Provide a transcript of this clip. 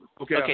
Okay